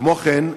כמו כן,